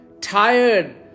tired